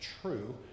true